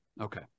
okay